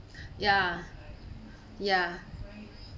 ya ya